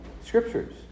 scriptures